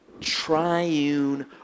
triune